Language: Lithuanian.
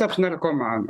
taps narkomanu